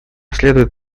следует